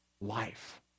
life